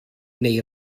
neu